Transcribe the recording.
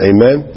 Amen